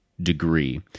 degree